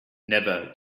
never